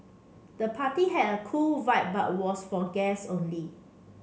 the party had a cool vibe but was for guests only